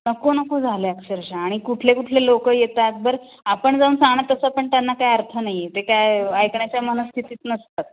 नको नको झालं आहे अक्षरशः आणि कुठले कुठले लोक येतात बरं आपण जाऊन सांगणार तसं पण त्यांना काय अर्थ नाही आहे ते काय ऐकण्याच्या मनस्थितीत नसतात